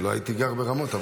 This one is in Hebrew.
לא הייתי גר ברמות.